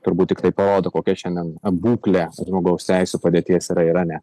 turbūt tiktai parodo kokia šiandien būklė žmogaus teisių padėties yra irane